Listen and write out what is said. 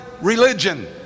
religion